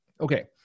Okay